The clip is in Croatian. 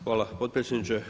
Hvala potpredsjedniče.